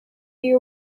the